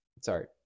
Sorry